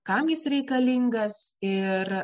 kam jis reikalingas ir